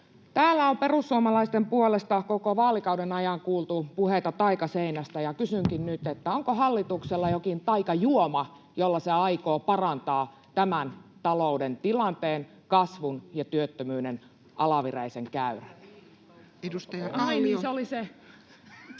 Täällä on perussuomalaisten puolesta koko vaalikauden ajan kuultu puheita taikaseinästä, ja kysynkin nyt, onko hallituksella jokin taikajuoma, jolla se aikoo parantaa tämän talouden tilanteen, kasvun ja työttömyyden alavireisen käyrän.